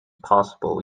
possible